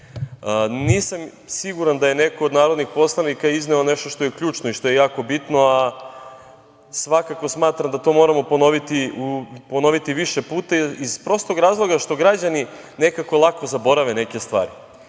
Nisam siguran da je neko od narodnih poslanika izneo nešto što je ključno i što je jako bitno, a svakako smatram da to moramo ponoviti više puta, iz prostog razloga što građani nekako lako zaborave neke stvari. Naime,